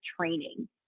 training